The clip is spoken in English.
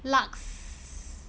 lux~